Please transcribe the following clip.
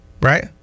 right